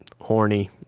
horny